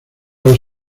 los